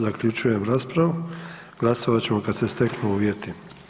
Zaključujem raspravu, glasovat ćemo kada se steknu uvjeti.